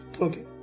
Okay